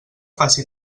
faci